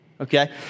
okay